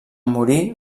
morir